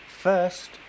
First